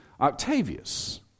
Octavius